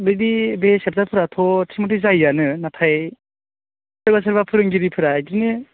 बिदि बे चेपटारफोराथ' थिग मथे जायोआनो नाथाय सोरबा सोरबा फोरोंगिरिफ्रा इदिनो